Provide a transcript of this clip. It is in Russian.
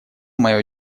мое